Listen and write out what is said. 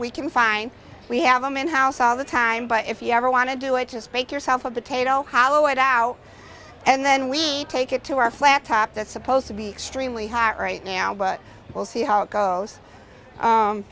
we can find we have them in house all the time but if you ever want to do it just make yourself a potato hollow it out and then we take it to our flat top that's supposed to be extremely hot right now but we'll see how it goes